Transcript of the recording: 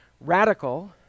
radical